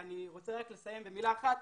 אני רוצה רק לסיים במילה אחת.